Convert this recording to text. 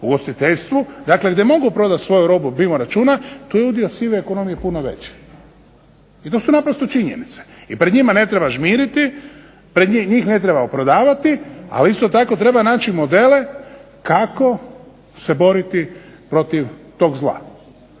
u ugostiteljstvu. Dakle, gdje mogu prodati svoju robu mimo računa tu je udio sive ekonomije puno veći. I to su naprosto činjenice. I pred njima ne treba žmiriti, njih ne treba opravdavati. Ali isto tako treba naći modele kako se boriti protiv tog zla.